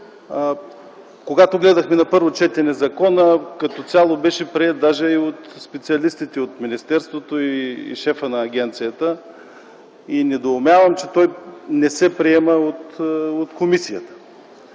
когато гледахме закона на първо четене, като цяло беше приет даже и от специалистите от министерството, и от шефа на агенцията. Недоумявам, че той не се приема от комисията.